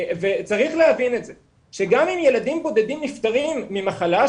צריך להבין את זה שגם אם ילדים בודדים נפטרים ממחלה,